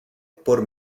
por